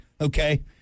Okay